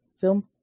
film